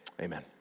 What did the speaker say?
amen